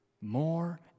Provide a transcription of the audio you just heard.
More